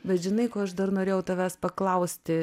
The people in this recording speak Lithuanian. bet žinai ko aš dar norėjau tavęs paklausti